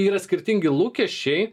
yra skirtingi lūkesčiai